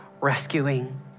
rescuing